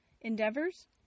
endeavors